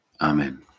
Amen